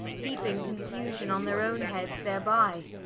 heaping confusion on their owne heads thereby